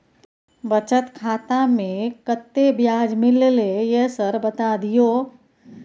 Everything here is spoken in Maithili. बचत खाता में कत्ते ब्याज मिलले ये सर बता दियो?